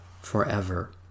forever